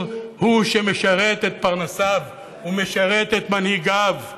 הוא שמשרת את פרנסיו ומשרת את מנהיגיו.